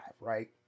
right